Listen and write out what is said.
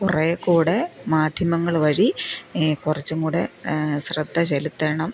കുറെ കൂടെ മാധ്യമങ്ങൾ വഴി ഈ കുറച്ചും കൂടെ ശ്രദ്ധചെലുത്തണം